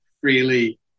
freely